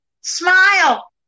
smile